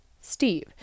Steve